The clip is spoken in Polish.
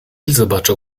zobaczył